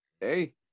hey